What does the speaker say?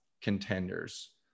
contenders